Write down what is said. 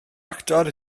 actor